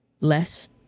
less